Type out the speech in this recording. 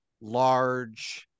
large